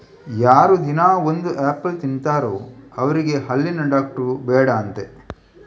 ಯಾರು ದಿನಾ ಒಂದು ಆಪಲ್ ತಿಂತಾರೋ ಅವ್ರಿಗೆ ಹಲ್ಲಿನ ಡಾಕ್ಟ್ರು ಬೇಡ ಅಂತೆ